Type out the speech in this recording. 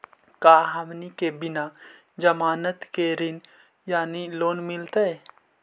का हमनी के बिना जमानत के ऋण यानी लोन मिलतई?